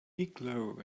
igloo